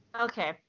Okay